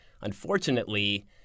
Unfortunately